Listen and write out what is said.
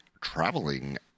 traveling